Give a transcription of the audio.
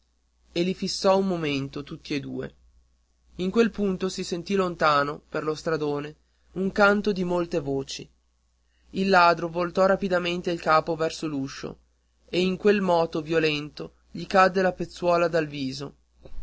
li fisso un momento tutti e due in quel punto si sentì lontano per lo stradone un canto di molte voci il ladro voltò rapidamente il capo verso l'uscio e in quel moto violento gli cadde la pezzuola dal viso